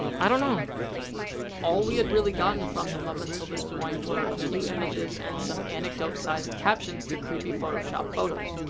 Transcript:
i dunno. all we had really gotten from him up until this point were a few images and some anecdote sized captions to creepy photoshop photos.